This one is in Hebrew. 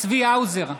צבי האוזר,